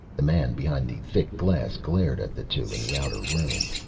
the man behind the thick glass glared at the two in the outer room.